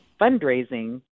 fundraising